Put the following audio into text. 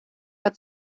but